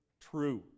true